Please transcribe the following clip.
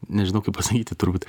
nežinau kaip pasakyti turbūt